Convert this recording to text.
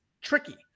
tricky